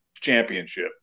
championship